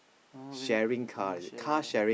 oh then oh share